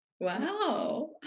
wow